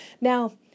Now